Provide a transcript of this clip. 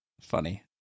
funny